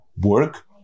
work